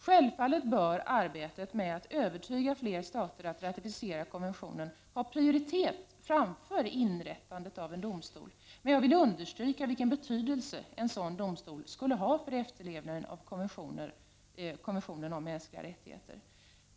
Självfallet bör arbetet med att övertyga fler stater att ratificera konventionen ha prioritet framför inrättandet av en domstol, man jag vill understryka vilken betydelse en sådan domstol skulle ha för efterlevnaden av konventionen om mänskliga rättigheter.